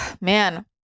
man